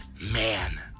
man